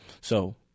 So-